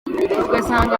ugusanga